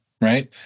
right